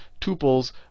tuples